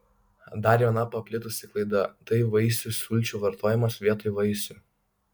dar viena paplitusi klaida tai vaisių sulčių vartojimas vietoj vaisių